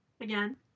again